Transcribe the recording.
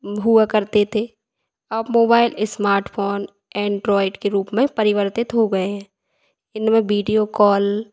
हुआ करते थे अब मोबाइल इस्मार्टफोन एंड्राॅइड के रूप में परिवर्तित हो गए हैं इनमें बीडियो कॉल